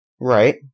Right